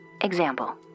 Example